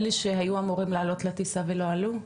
מה קורה עם אלה שהיו אמורים לעלות לטיסה ולא עלו?